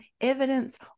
evidence